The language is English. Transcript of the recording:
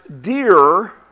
dear